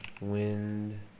Wind